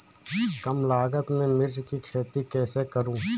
कम लागत में मिर्च की खेती कैसे करूँ?